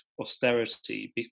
austerity